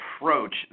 approach